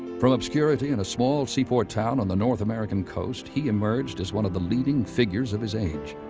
from obscurity in a small seaport town on the north american coast, he emerged as one of the leading figures of his age.